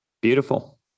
Beautiful